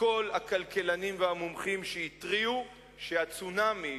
מכל הכלכלנים והמומחים שהתריעו שהצונאמי,